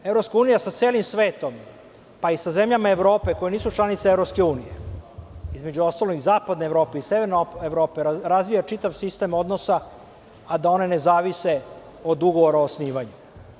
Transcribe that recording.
Evropska unija sa celim svetom, pa i sa zemljama Evrope koje nisu članice EU, između ostalog i zapadne Evrope i severne Evrope razvija čitav sistem odnosa, a da one ne zavise od Ugovora o osnivanju.